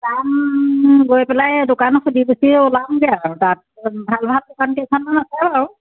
দাম গৈ পেলাই দোকানত সুধি পুছি ওলামগৈ আৰু তাত ভাল ভাল দোকান কেইখনমান আছে বাৰু